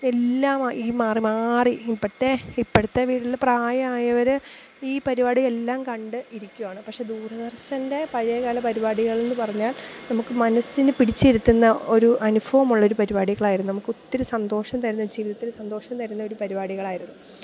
എല്ലാം ഈ മാറിമാറി ഇപ്പോഴത്തെ ഇപ്പോഴത്തെ വീട്ടില് പ്രായമായവര് ഈ പരിപാടി എല്ലാം കണ്ട് ഇരിക്കുകയാണ് പക്ഷെ ദൂരദർശൻ്റെ പഴയകാല പരിപാടികളെന്നു പറഞ്ഞാൽ നമുക്കു മനസ്സിനെ പിടിച്ചിരുത്തുന്ന ഒരു അനുഭവമുള്ളൊരു പരിപാടികളായിരുന്നു നമുക്ക് ഒത്തിരി സന്തോഷം തരുന്ന ജീവിതത്തിൽ സന്തോഷം തരുന്ന ഒരു പരിപാടികളായിരുന്നു